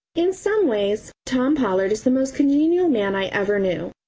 in some ways tom pollard is the most congenial man i ever knew.